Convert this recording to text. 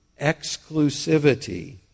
exclusivity